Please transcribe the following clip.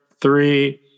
three